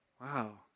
wow